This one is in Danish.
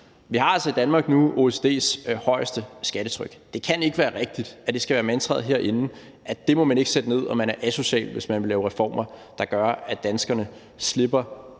Vi har altså i Danmark nu OECD's højeste skattetryk, og det kan ikke være rigtigt, at det skal være mantraet herinde, at det må man ikke sætte ned, og at man er asocial, hvis man vil lave reformer, der gør, at danskerne slipper